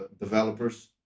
Developers